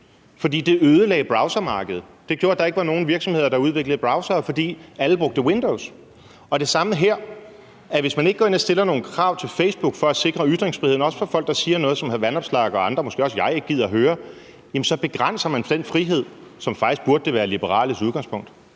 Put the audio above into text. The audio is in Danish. For det ødelagde browsermarkedet, og det gjorde, at der ikke var nogen virksomheder, der udviklede browsere, fordi alle brugte Windows. Og det samme er tilfældet her, altså at man, hvis man ikke går ind og stiller nogle krav til Facebook for at sikre ytringsfriheden, også for folk, der siger noget, som hr. Alex Vanopslagh og andre, måske også jeg, ikke gider at høre, så begrænser den frihed, som faktisk burde være de liberales udgangspunkt.